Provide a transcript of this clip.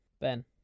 ben